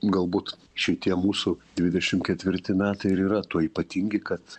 galbūt šitie mūsų dvidešim ketvirti metai ir yra tuo ypatingi kad